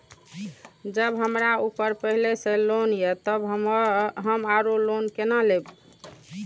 जब हमरा ऊपर पहले से लोन ये तब हम आरो लोन केना लैब?